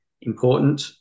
important